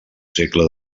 segle